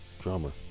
drummer